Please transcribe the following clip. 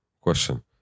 question